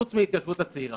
חוץ מהתיישבות הצעירה.